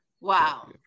Wow